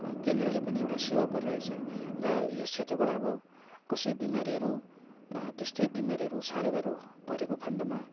केन्द्रहरूले पनि एउटा सेवा पुर्याइरहेको छ र यस क्षेत्रबाट अब कसै बिमारीहरू त्यस्तै बिमारीहरू साह्रो गाह्रो परेको खन्डमा